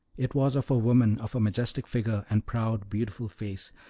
it was of a woman of a majestic figure and proud, beautiful face,